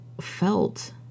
felt